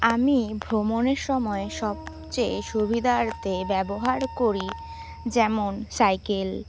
আমি ভ্রমণের সময় সবচেয়ে সুবিধার্থে ব্যবহার করি যেমন সাইকেল